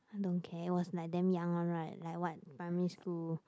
don't care was like damn young one right like what primary school